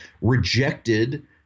rejected